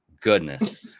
goodness